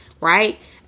right